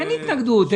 אין התנגדות.